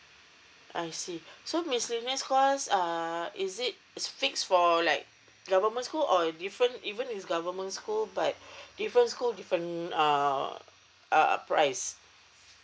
I see so miscellaneous cost err is it fixed for like government school or different even is government school but different school different uh err price